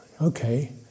okay